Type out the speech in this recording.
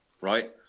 right